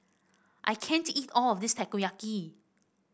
I can't eat all of this Takoyaki